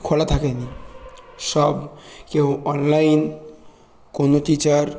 খোলা থাকেনি সব কেউ অনলাইন কোনো টিচার